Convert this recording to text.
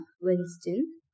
Winston